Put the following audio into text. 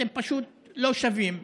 אתם פשוט לא שווים.